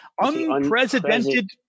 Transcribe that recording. unprecedented